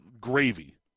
gravy